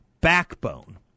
backbone